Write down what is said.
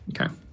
Okay